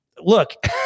look